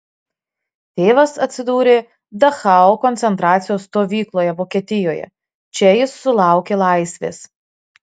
tėvas atsidūrė dachau koncentracijos stovykloje vokietijoje čia jis sulaukė laisvės